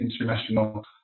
international